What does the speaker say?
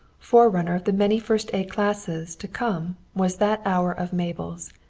forerunner of the many first-aid classes to come was that hour of mabel's,